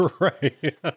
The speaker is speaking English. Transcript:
right